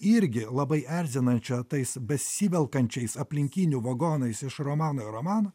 irgi labai erzinančią tais besivelkančiais aplinkinių vagonais iš romano į romaną